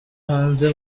hanze